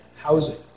Housing